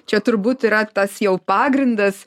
čia turbūt yra tas jau pagrindas